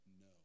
no